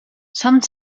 some